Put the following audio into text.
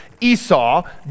Esau